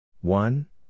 one